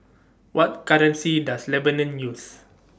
What currency Does Lebanon use